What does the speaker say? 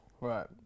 Right